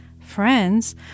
friends